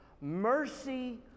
Mercy